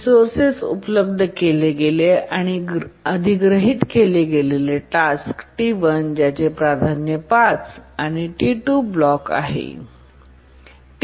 resource उपलब्ध केले गेले आणि अधिग्रहित केले गेले टास्क T1ज्याचे प्राधान्य 5 आणि T2 ब्लॉक आहे